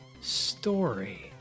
story